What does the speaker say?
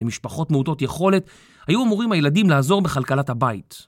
למשפחות מעוטות יכולת, היו אמורים הילדים לעזור בכלכלת הבית.